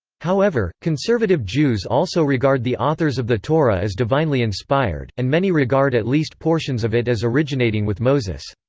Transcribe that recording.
however, conservative jews also regard the authors of the torah as divinely inspired, and many regard at least portions of it as originating with moses.